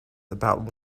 about